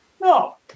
No